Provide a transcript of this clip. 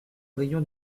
rayons